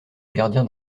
gardien